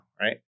Right